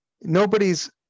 Nobody's